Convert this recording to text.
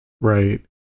right